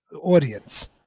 audience